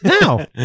now